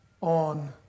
on